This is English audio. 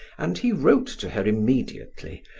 and he wrote to her immediately,